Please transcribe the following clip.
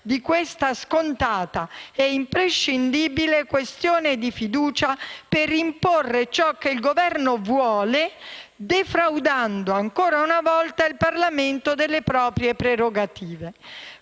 di questa scontata e imprescindibile questione di fiducia per imporre ciò che il Governo vuole, defraudando ancora una volta il Parlamento delle proprie prerogative.